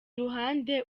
ruhande